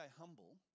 humble